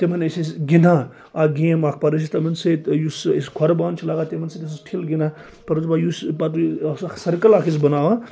تِمَن ٲسۍ أسۍ گِنٛدان اَکھ گیم اَکھ پَتہ ٲسۍ أسۍ تمَن سۭتۍ یُس سُہ أسۍ خوٚربان چھ لاگان تِمَن سۭتۍ اوسُس ٹِھل گنٛدان پَتہ اوسُس دَپان یُس پتہٕ اوس اَکھ سایکٕل اَکھ أسۍ بَناوان